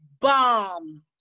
bomb